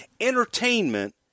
entertainment